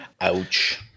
Ouch